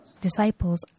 disciples